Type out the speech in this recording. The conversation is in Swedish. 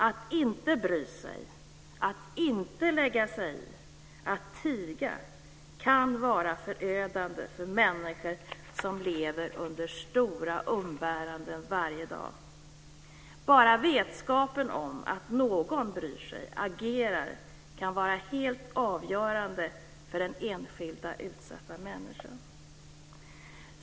Att inte bry sig, att inte lägga sig i, att tiga kan vara förödande för människor som lever under stora umbäranden varje dag. Bara vetskapen om att någon bryr sig, agerar, kan vara helt avgörande för den enskilda utsatta människan.